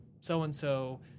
so-and-so